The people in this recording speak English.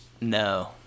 No